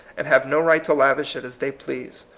and have no right to lavish it as they please.